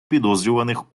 підозрюваних